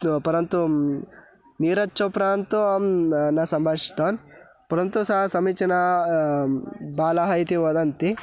तु परन्तु नीरज् चोप्रान्तु अहं न न सम्भाषितवान् परन्तु सः समीचीनः बालः इति वदन्ति